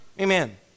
Amen